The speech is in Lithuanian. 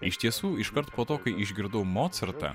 iš tiesų iškart po to kai išgirdau mocartą